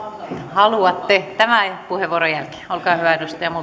haluatte tämän puheenvuoron jälkeen olkaa hyvä